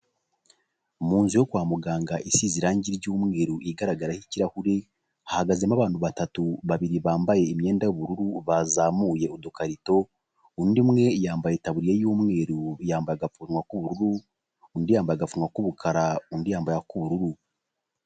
Mu nzu yo kwa muganga isize irangi ry'umweru igaragaraho ikirahure, hahagazemo abantu batatu babiri bambaye imyenda y'ubururu bazamuye udukarito, undi umwe yambaye itaburiya y'umweru, yambaye agapfunwa k'ubururu, undi yambaye agafukamunwa k'umukara, undi yambaye ak'ubururu.